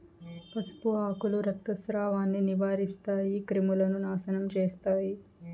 పసుపు ఆకులు రక్తస్రావాన్ని నివారిస్తాయి, క్రిములను నాశనం చేస్తాయి